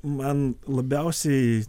man labiausiai